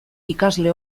ikasle